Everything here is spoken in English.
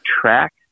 track